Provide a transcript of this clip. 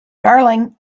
darling